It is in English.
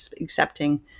accepting